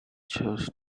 chose